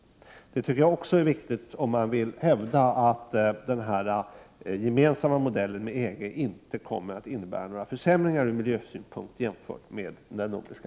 Detta tycker jag också är viktigt om man vill hävda att den med EG gemensamma modellen inte kommer att innebära några försämringar ur miljösynpunkt jämfört med den nordiska.